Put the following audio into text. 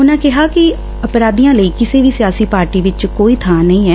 ਉਨਾ ਕਿਹਾ ਕਿ ਅਪਰਾਧਿਆ ਲਈ ਕਿਸੇ ਵੀ ਸਿਆਸੀ ਪਾਰਟੀ ਵਿਚ ਕੋਈ ਬਾ ਨਹੀ ਏ